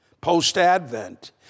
post-Advent